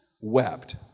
wept